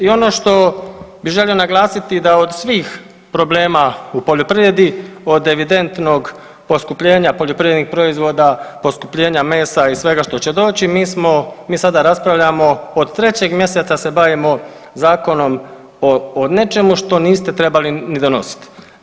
I ono što bi želio naglasiti da od svih problema u poljoprivredi od evidentnog poskupljenja poljoprivrednih proizvoda, poskupljenja mesa i svega što će doći mi sada raspravljamo, od 3. mjeseca se bavimo zakonom o nečemu što niste trebali ni donositi.